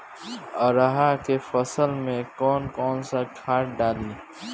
अरहा के फसल में कौन कौनसा खाद डाली?